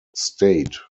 state